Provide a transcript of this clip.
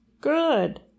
good